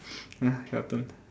ya your turn